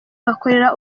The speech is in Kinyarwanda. bakorera